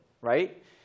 right